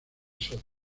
sodio